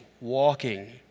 walking